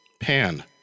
Pan